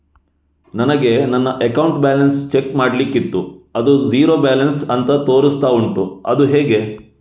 ನನಗೆ ನನ್ನ account balance check ಮಾಡ್ಲಿಕ್ಕಿತ್ತು ಅದು ಝೀರೋ ಬ್ಯಾಲೆನ್ಸ್ ಅಂತ ತೋರಿಸ್ತಾ ಉಂಟು ಅದು ಹೇಗೆ?